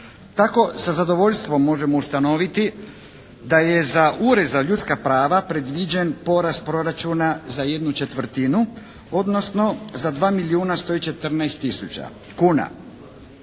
tako sa zadovoljstvom možemo ustanoviti da je za Ured za ljudska prava predviđen porast proračuna za ¼ odnosno za 2 milijuna i 114 tisuća kuna.